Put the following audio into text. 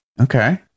Okay